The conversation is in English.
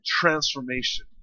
transformation